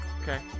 Okay